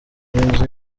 inzu